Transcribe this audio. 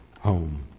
home